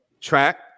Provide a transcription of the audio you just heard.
track